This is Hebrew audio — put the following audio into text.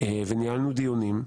וניהלנו דיונים.